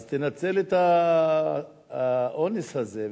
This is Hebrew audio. אז תנצל את האונס הזה,